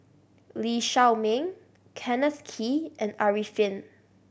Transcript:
Lee Shao Meng Kenneth Kee and Arifin